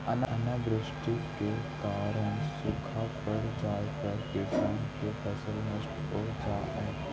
अनावृष्टि के कारण सूखा पड़ जाए पर किसान के फसल नष्ट हो जा हइ